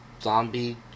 zombie